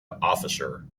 officer